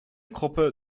gruppe